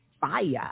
Fire